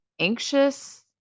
anxious